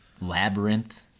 Labyrinth